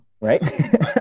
right